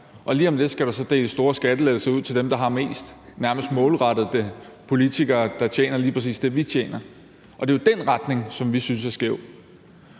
Og lige om lidt skal der så deles store skattelettelser ud til dem, der har mest, nærmest målrettet politikere, der tjener lige præcis det, vi tjener. Det er jo den retning, som vi synes er skæv.